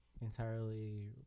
entirely